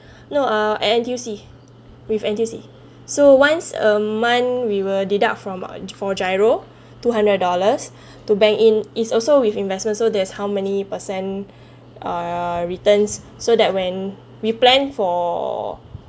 no uh N_T_U_C with N_T_U_C so once a month we will deduct from uh for GIRO two hundred dollars to bank in it's also with investment so there's how many percent err returns so that when we plan for